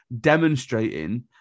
demonstrating